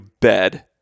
bed